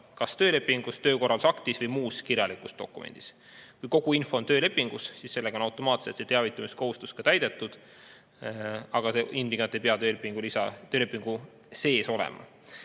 kas töölepingus, töökorraldusaktis või muus kirjalikus dokumendis. Kui kogu info on töölepingus, siis sellega on automaatselt see teavitamiskohustus täidetud, aga see ilmtingimata ei pea töölepingus olema.